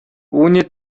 үүний